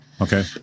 Okay